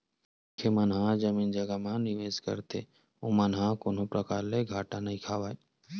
मनखे मन ह जमीन जघा म निवेस करथे ओमन ह कोनो परकार ले घाटा नइ खावय